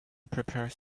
prepares